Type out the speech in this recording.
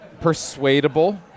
persuadable